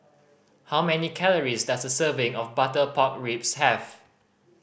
how many calories does a serving of butter pork ribs have